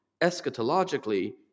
eschatologically